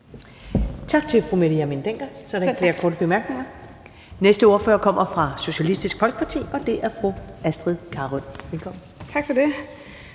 Tak til fru Mette Hjermind Dencker, der er ikke flere korte bemærkninger. Næste ordfører kommer fra Socialistisk Folkeparti, og det er fru Astrid Carøe. Velkommen. Kl.